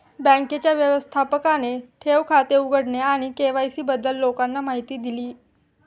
बँकेच्या व्यवस्थापकाने ठेव खाते उघडणे आणि के.वाय.सी बद्दल लोकांना माहिती दिली